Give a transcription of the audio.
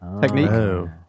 technique